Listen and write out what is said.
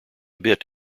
bit